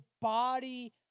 body